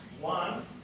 one